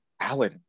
Alan